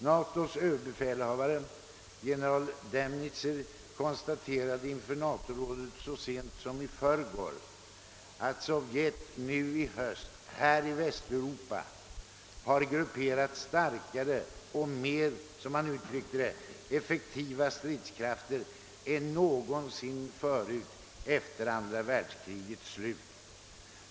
NATO:s överbefälhavare, general Lemnitzer, konstaterade inom NATO rådet så sent som i förrgår att Sovjetunionen i höst i Västeuropa har grupperat starkare och — som han uttryckte det — mer effektiva stridskrafter än någonsin förut efter andra världskrigets slut.